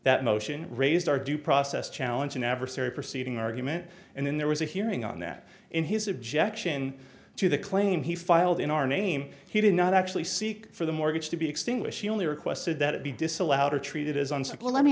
that motion raised our due process challenge an adversary proceeding argument and then there was a hearing on that in his objection to the claim he filed in our name he did not actually seek for the mortgage to be extinguished only requested that it be disallowed or treated as unstable let me